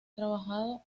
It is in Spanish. trabajado